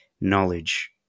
knowledge